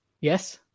Yes